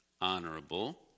honorable